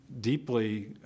deeply